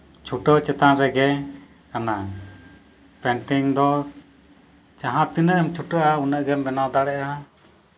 ᱪᱷᱩᱴᱟᱹᱣ ᱪᱮᱛᱟᱱ ᱨᱮᱜᱮ ᱠᱟᱱᱟ ᱯᱮᱱᱴᱤᱝ ᱫᱚ ᱡᱟᱦᱟᱸ ᱛᱤᱱᱟᱹᱜ ᱮᱢ ᱪᱷᱩᱴᱟᱹᱣᱜᱼᱟ ᱩᱱᱟᱹᱜ ᱜᱮᱢ ᱵᱮᱱᱟᱣ ᱫᱟᱲᱮᱭᱟᱜᱼᱟ